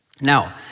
Now